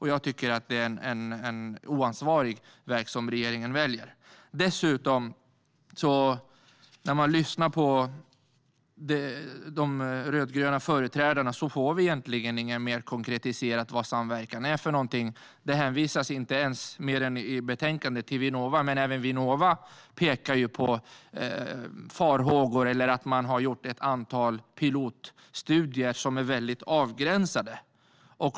Regeringen väljer en oansvarig väg. Det framgår inte av de rödgröna företrädarnas anföranden något mer konkret vad samverkan är. I betänkandet hänvisas till Vinnova, men även Vinnova pekar på farhågor, bland annat ett antal avgränsade pilotstudier.